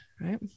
right